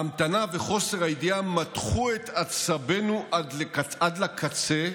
ההמתנה וחוסר הידיעה מתחו את עצבינו עד לקצה,